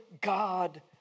God